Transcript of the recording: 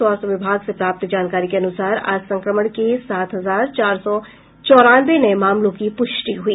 स्वास्थ्य विभाग से प्राप्त जानकारी के अनुसार आज संक्रमण के सात हजार चार सौ चौरानवे नये मामलों की पुष्टि हुई